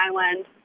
Island